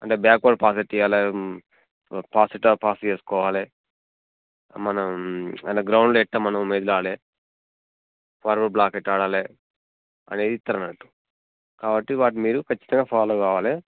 అంటే backward pass ఎట్లా చేయాలి పాస్ ఎట్ల పాస్ చేసుకోవాలి మనం గ్రౌండ్ ఎట్లా మనం వెళ్ళాలి ఫార్వార్డ్ బ్లాక్ ఎట్లా ఆడాలి అనేది ఇస్తారన్నట్టు కాబట్టి వాటిని మీరు ఖచ్చితంగా ఫాలో కావాలి